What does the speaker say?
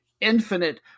infinite